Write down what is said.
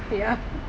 yep